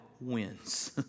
wins